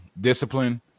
discipline